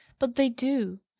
but they do.